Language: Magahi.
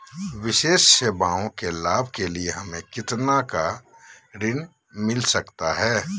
विशेष सेवाओं के लाभ के लिए हमें कितना का ऋण मिलता सकता है?